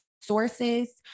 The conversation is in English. sources